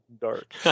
Dark